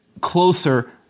closer